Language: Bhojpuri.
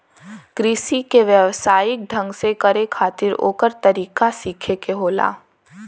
कृषि के व्यवसायिक ढंग से करे खातिर ओकर तरीका सीखे के होला